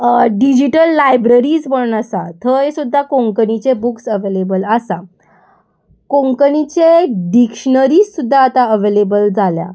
digital libraries म्हण आसा थंय सुद्दां कोंकणीचे बुक्स अवेलेबल आसा कोंकणीचे डिक्शनरी सुद्दां आतां अवेलेबल जाल्या